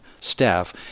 staff